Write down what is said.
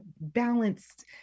balanced